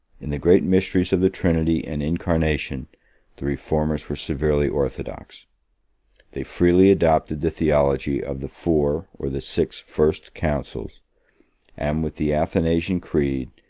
in the great mysteries of the trinity and incarnation the reformers were severely orthodox they freely adopted the theology of the four, or the six first councils and with the athanasian creed,